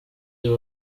uyu